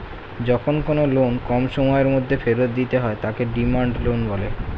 যখন কোনো লোন কম সময়ের মধ্যে ফেরত দিতে হয় তাকে ডিমান্ড লোন বলে